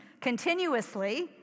Continuously